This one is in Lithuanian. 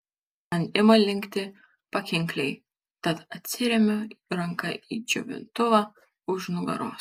man ima linkti pakinkliai tad atsiremiu ranka į džiovintuvą už nugaros